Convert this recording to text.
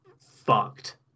fucked